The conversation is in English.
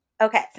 Okay